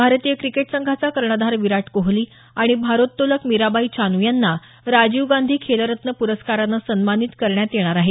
भारतीय क्रिकेट संघाचा कर्णधार विराट कोहली आणि भारोत्तोलक मीराबाई चान् यांना राजीव गांधी खेल रत्न प्रस्कारानं सन्मानित करण्यात येणार आहे